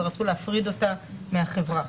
ורצו להפריד אותה מהחברה.